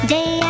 Day